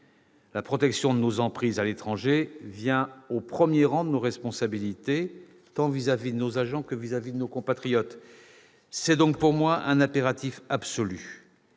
La protection de nos emprises à l'étranger vient au premier rang de nos responsabilités, à l'égard tant de nos agents que de nos compatriotes ; c'est donc pour moi un impératif absolu.